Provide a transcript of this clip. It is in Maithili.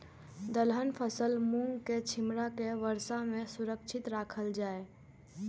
दलहन फसल मूँग के छिमरा के वर्षा में सुरक्षित राखल जाय?